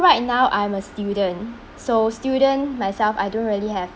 right now I'm a student so student myself I don't really have